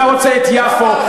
אתה רוצה את יפו,